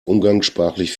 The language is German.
umgangssprachlich